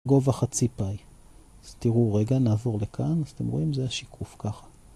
גובה חצי פאי, אז תראו רגע נעבור לכאן, אז אתם רואים זה השיקוף ככה.